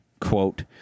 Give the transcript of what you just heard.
quote